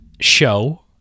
show